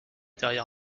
derrière